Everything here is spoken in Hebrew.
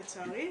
לצערי,